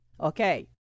Okay